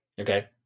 Okay